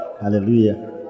Hallelujah